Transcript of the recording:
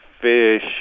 fish